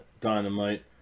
Dynamite